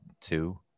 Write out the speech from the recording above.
two